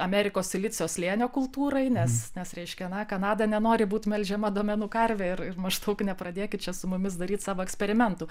amerikos silicio slėnio kultūrai nes nes reiškia na kanada nenori būt melžiama domenų karvė ir maždaug nepradėkit čia su mumis daryt savo eksperimentų